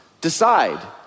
decide